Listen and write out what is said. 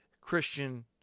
Christian